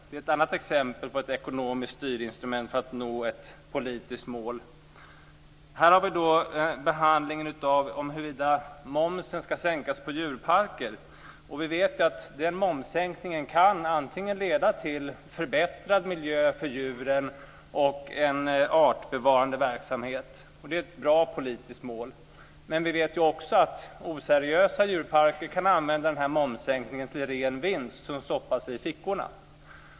Det är ett annat exempel på ett ekonomiskt styrinstrument för att nå ett politiskt mål. Nu handlar det om huruvida momsen ska sänkas på djurparker. Vi vet att den momssänkningen kan leda till förbättrad miljö för djuren och en artbevarande verksamhet - och det är ett bra politiskt mål. Men vi vet också att oseriösa djurparker kan använda mossänkningen till ren vinst som stoppas i fickan.